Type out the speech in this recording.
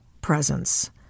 presence